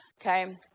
okay